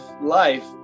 life